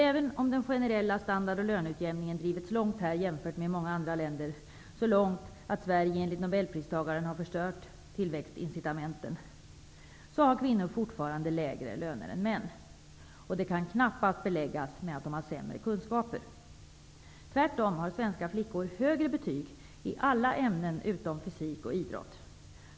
Även om den generella standard och löneutjämningen drivits långt här i landet jämfört med i många andra länder -- så långt att Sverige enligt nobelpristagaren har förstört tillväxtincitamenten -- har kvinnor fortfarande lägre lön än män. Detta förhållande kan knappast beläggas med att kvinnor har sämre kunskaper -- tvärtom har svenska flickor högre betyg i alla ämnen utom i fysik och i idrott.